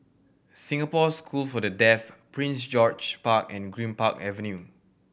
Singapore School for The Deaf Prince George's Park and Greenpark Avenue